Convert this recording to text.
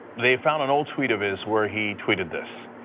they found an old tweet of his where he tweeted this.